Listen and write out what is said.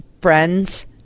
friends